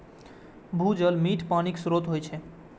भूजल मीठ पानिक स्रोत होइ छै